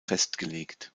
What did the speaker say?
festgelegt